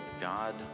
God